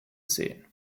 sehen